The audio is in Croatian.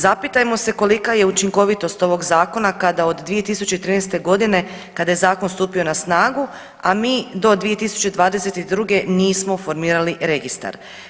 Zapitajmo se kolika je učinkovitost ovog zakona kada od 2013. godine kada je zakon stupio na snagu, a mi do 2022. nismo formirali registar.